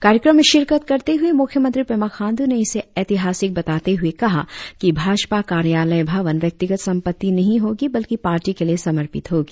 कार्यक्रम में शिरकत करते हुए मुख्यमंत्री पेमा खांडू ने इसे ऐतिहासिक बताते हुए कहा कि भाजपा भवन व्यक्तिगत संपत्ति नहीं होगी बल्कि पार्टी के लिए समर्पित होगी